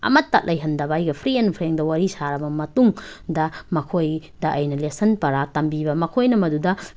ꯑꯃꯠꯇ ꯂꯩꯍꯟꯗꯕ ꯑꯩꯒ ꯐ꯭ꯔꯤ ꯑꯦꯟ ꯐ꯭ꯔꯦꯡꯗ ꯋꯥꯔꯤ ꯁꯥꯔꯕ ꯃꯇꯨꯡꯗ ꯃꯈꯣꯏꯗ ꯑꯩꯅ ꯂꯦꯁꯟ ꯄꯥꯔꯥ ꯇꯝꯕꯤꯕ ꯃꯈꯣꯏꯅ ꯃꯗꯨꯗ